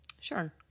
sure